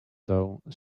though